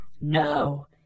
No